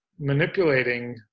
manipulating